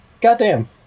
Goddamn